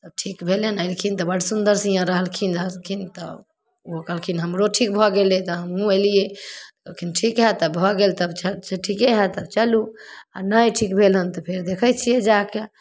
ठीक भेलनि अयलखिन तऽ बड़ सुन्दरसँ हिआँ रहलखिन रहलखिन तऽ ओ कहलखिन हमरो ठीक भऽ गेलै तऽ हमहूँ एलियै कहलखिन ठीक हए तब भऽ गेल तब चल ठीके हए तब चलू आ नहि ठीक भेल हन तब फेर देखै छियै जा कऽ